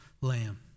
lamb